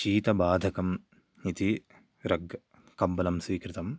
शीतबाधकम् इति रग् कम्बलं स्वीकृतम्